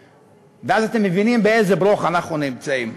ואז אתם מבינים באיזה "ברוך" אנחנו נמצאים.